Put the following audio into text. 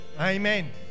amen